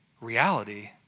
Reality